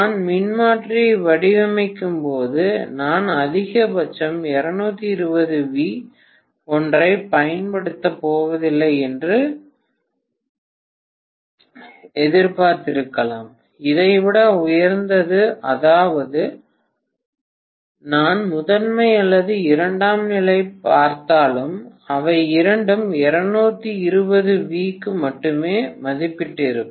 நான் மின்மாற்றியை வடிவமைக்கும்போது நான் அதிகபட்சம் 220 வி ஒன்றைப் பயன்படுத்தப் போவதில்லை என்று எதிர்பார்த்திருக்கலாம் இதைவிட உயர்ந்தது அதாவது நான் முதன்மை அல்லது இரண்டாம் நிலையைப் பார்த்தாலும் இவை இரண்டும் 220 V க்கு மட்டுமே மதிப்பிடப்பட்டிருக்கும்